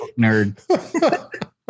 nerd